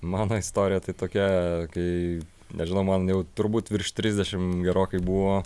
mano istorija tai tokia kai nežinau man jau turbūt virš trisdešim gerokai buvo